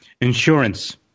insurance